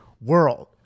world